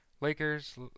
Lakers